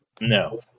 No